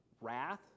wrath